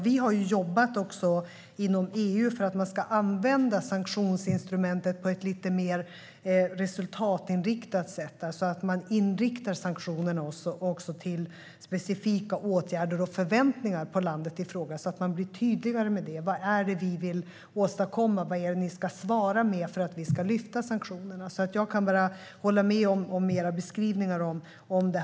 Vi har jobbat inom EU för att man ska använda sanktionsinstrumentet på ett lite mer resultatinriktat sätt. Det handlar alltså om att man inriktar sanktionerna på specifika åtgärder och förväntningar på landet i fråga, så att man blir tydligare med det. Vad är det vi vill åstadkomma? Vad är det ni ska svara med för att vi ska lyfta sanktionerna? Jag kan bara hålla med om era beskrivningar av det.